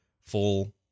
full